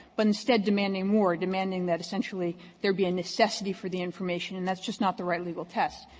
but instead demanding more. demanding that essentially there be a necessity for the information and that's just not the right legal test.